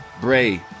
bray